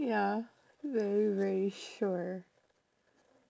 ya very very sure